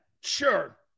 Sure